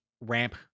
ramp